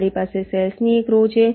મારી પાસે સેલ્સની એક રૉ છે